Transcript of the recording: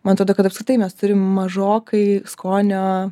man atrodo kad apskritai mes turim mažokai skonio